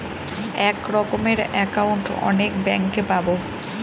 এক রকমের একাউন্ট অনেক ব্যাঙ্কে পাবো